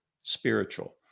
spiritual